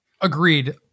Agreed